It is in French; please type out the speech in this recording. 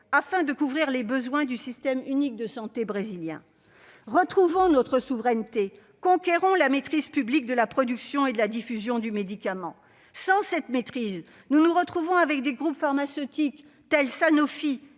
afin de couvrir les besoins du « système unique de santé » brésilien. Retrouvons notre souveraineté, conquérons la maîtrise publique de la production et de la diffusion du médicament. Sans cette maîtrise, nous nous retrouvons avec des groupes pharmaceutiques tels que Sanofi,